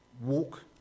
walk